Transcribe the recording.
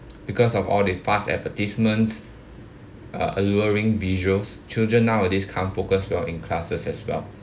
because of all the fast advertisements uh alluring visuals children nowadays can't focus well in classes as well